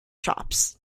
shops